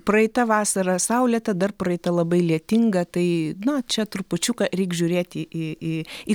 praeita vasara saulėta dar praeita labai lietinga tai na čia trupučiuką reik žiūrėt į į į